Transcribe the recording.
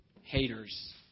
haters